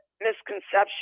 misconception